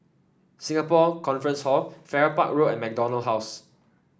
Singapore Conference Hall Farrer Park Road and MacDonald House